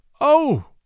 Oh